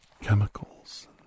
chemicals